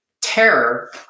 terror